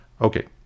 Okay